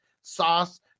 Sauce